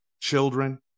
children